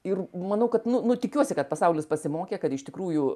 ir manau kad nu nu tikiuosi kad pasaulis pasimokė kad iš tikrųjų